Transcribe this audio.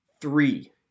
three